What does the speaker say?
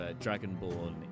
dragonborn